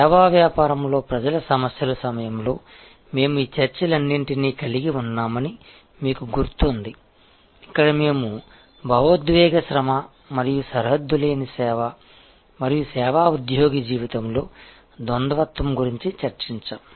సేవా వ్యాపారంలో ప్రజల సమస్యల సమయంలో మేము ఈ చర్చలన్నింటినీ కలిగి ఉన్నామని మీకు గుర్తుంది ఇక్కడ మేము భావోద్వేగ శ్రమ మరియు సరిహద్దు లేని సేవ మరియు సేవా ఉద్యోగి జీవితంలో ద్వంద్వత్వం గురించి చర్చించాము